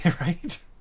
right